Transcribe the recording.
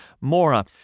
Mora